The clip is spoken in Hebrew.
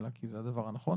לא כי זה הדבר הנכון.